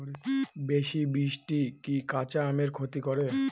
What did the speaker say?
বেশি বৃষ্টি কি কাঁচা আমের ক্ষতি করে?